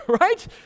right